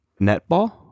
netball